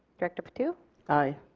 director patu aye.